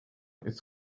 ist